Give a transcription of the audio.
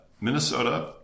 Minnesota